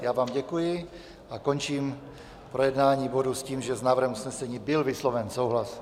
Já vám děkuji a končím projednání bodu s tím, že s návrhem usnesení byl vysloven souhlas.